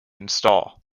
install